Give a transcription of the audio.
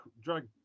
drug